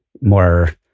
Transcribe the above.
more